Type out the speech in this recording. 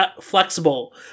flexible